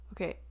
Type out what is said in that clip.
okay